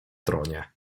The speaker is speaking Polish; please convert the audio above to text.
tronie